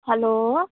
hello